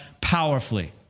powerfully